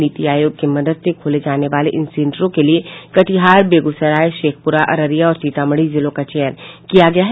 नीति आयोग के मदद से खोले जाने वाले इन सेंटरों के लिए कटिहार बेगूसराय शेखपुरा अररिया और सीतामढ़ी जिलों का चयन किया गया है